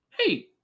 Hey